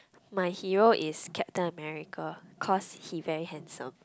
my hero is Captain-America cause he very handsome